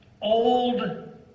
Old